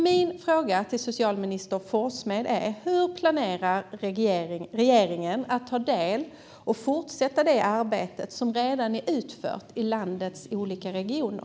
Min fråga till socialminister Forssmed är: Hur planerar regeringen att ta del av och fortsätta det arbete som redan är utfört i landets olika regioner?